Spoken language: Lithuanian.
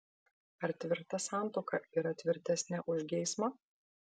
ar tvirta santuoka yra tvirtesnė už geismą